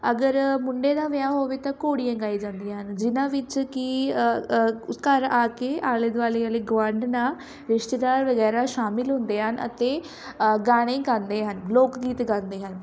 ਅਗਰ ਮੁੰਡੇ ਦਾ ਵਿਆਹ ਹੋਵੇ ਤਾਂ ਘੋੜੀਆਂ ਗਾਈ ਜਾਂਦੀਆਂ ਹਨ ਜਿਹਨਾਂ ਵਿੱਚ ਕਿ ਘਰ ਆ ਕੇ ਆਲੇ ਦੁਆਲੇ ਵਾਲੀ ਗੁਆਂਢਣਾਂ ਰਿਸ਼ਤੇਦਾਰ ਵਗੈਰਾ ਸ਼ਾਮਿਲ ਹੁੰਦੇ ਹਨ ਅਤੇ ਗਾਣੇ ਗਾਉਂਦੇ ਹਨ ਲੋਕ ਗੀਤ ਗਾਉਂਦੇ ਹਨ